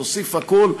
תוסיף הכול,